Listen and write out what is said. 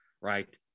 Right